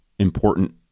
important